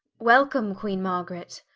welcome queene margaret,